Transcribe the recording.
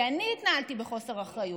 כי אני התנהלתי בחוסר אחריות,